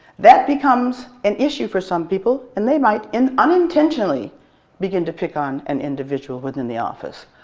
that becomes an issue for some people, and they might and unintentionally begin to pick on an individual within the office.